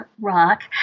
rock